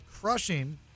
Crushing